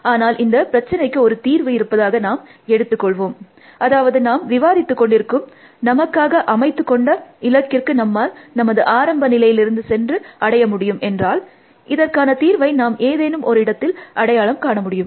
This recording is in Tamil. ஆனால் இந்த பிரச்சினைக்கு ஒரு தீர்வு இருப்பதாக நாம் எடுத்தது கொள்வோம் அதாவது நாம் விவாதித்து கொண்டிருக்கும் நமக்காக அமைத்து கொண்ட இலக்கிற்கு நம்மால் நமது ஆரம்ப நிலையிலிருந்து சென்று அடைய முடியும் என்றால் இதற்கான தீர்வை நாம் ஏதேனும் ஒரு இடத்தில் அடையாளம் காண முடியும்